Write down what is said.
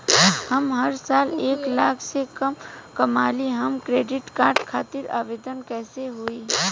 हम हर साल एक लाख से कम कमाली हम क्रेडिट कार्ड खातिर आवेदन कैसे होइ?